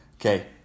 Okay